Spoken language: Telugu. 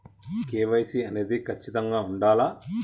కే.వై.సీ అనేది ఖచ్చితంగా ఉండాలా?